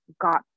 got